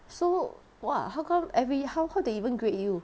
so !wah! how come every how how they even grade you